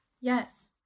Yes